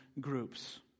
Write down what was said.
groups